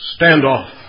standoff